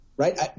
Right